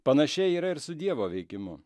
panašiai yra ir su dievo veikimu